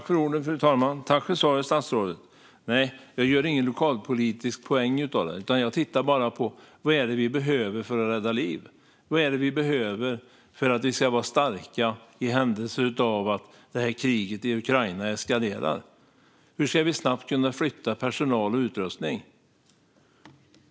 Fru talman! Jag tackar statsrådet för svaret. Nej, jag gör ingen lokalpolitisk poäng av detta. Jag tittar bara på vad vi behöver för att rädda liv. Vad behöver vi för att vara starka i händelse av att kriget i Ukraina eskalerar? Hur ska vi snabbt kunna flytta personal och utrustning?